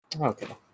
Okay